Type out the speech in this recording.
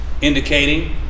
indicating